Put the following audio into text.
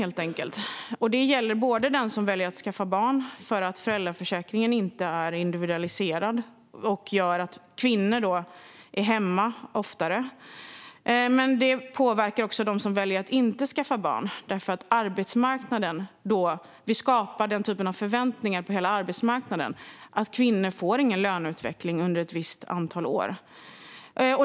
Det gäller både den som väljer att skaffa barn, för föräldraförsäkringen är inte individualiserad och gör att kvinnor är hemma oftare, och den som väljer att inte skaffa barn, för vi skapar förväntningar på hela arbetsmarknaden att kvinnor inte får någon löneutveckling under ett visst antal år.